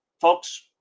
Folks